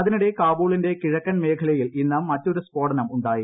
അതിനിടെ കാബൂളിന്റെ കിഴക്കൻ മേഖലയിൽ ഇന്ന് മറ്റൊരു സ്ഫോടനം ഉണ്ടായി